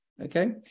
Okay